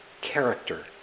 character